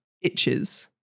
itches